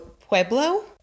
Pueblo